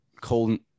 cold